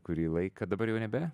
kurį laiką dabar jau nebe